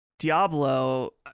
Diablo